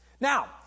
Now